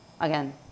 again